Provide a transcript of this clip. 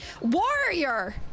warrior